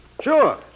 Sure